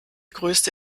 größte